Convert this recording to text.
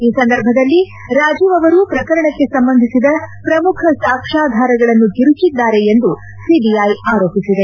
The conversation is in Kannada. ಆ ಸಂದರ್ಭದಲ್ಲಿ ರಾಜೀವ್ ಅವರು ಪ್ರಕರಣಕ್ಕೆ ಸಂಬಂಧಿಸಿದ ಪ್ರಮುಖ ಸಾಕ್ವಾಧಾರಗಳನ್ನು ತಿರುಚಿದ್ದಾರೆ ಎಂದು ಸಿಬಿಐ ಆರೋಪಿಸಿದೆ